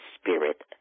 spirit